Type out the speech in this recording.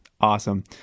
Awesome